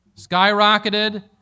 skyrocketed